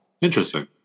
Interesting